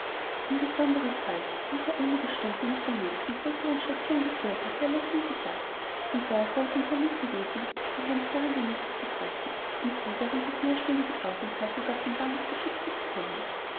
ein besonderer fall habe ihn für einige stunden nach der nächsten größeren station geführt hatte er lächelnd gesagt und da sei es ihm sehr lieb gewesen die heimkehrende nichte zu treffen und sie während des mehrstündigen aufenthaltes auf dem bahnhof beschützen zu können